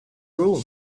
room